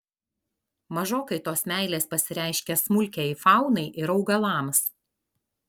mažokai tos meilės pasireiškia smulkiajai faunai ir augalams